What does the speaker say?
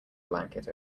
blanket